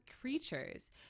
creatures